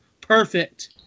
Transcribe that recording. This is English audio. Perfect